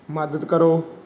ਮਦਦ ਕਰੋ